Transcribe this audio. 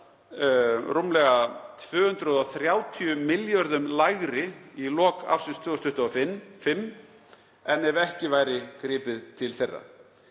en 230 milljörðum kr. lægri í lok ársins 2025 en ef ekki væri gripið til þeirra.